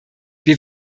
wir